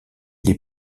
des